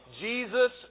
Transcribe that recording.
Jesus